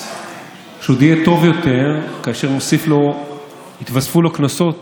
והוא עוד יהיה טוב יותר כאשר יתווספו לו קנסות